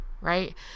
Right